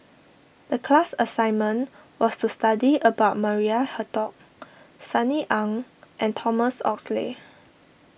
the class assignment was to study about Maria Hertogh Sunny Ang and Thomas Oxley